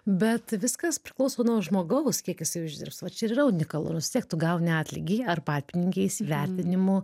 bet viskas priklauso nuo žmogaus kiek jisai uždirbs va čia ir yra unikalu ir vis tiek tu gauni atlygį arbatpinigiais vertinimu